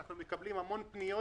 אנחנו מקבלים המון פניות